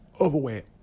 overweight